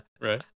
right